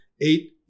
eight